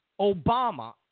Obama